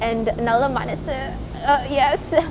and நல்ல மனசு:nalla manasu ugh yes